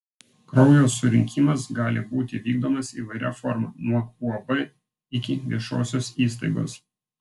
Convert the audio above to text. kraujo surinkimas gali būti vykdomas įvairia forma nuo uab iki viešosios įstaigos